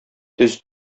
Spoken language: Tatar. төз